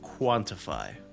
quantify